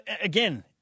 again